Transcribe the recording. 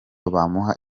bamuha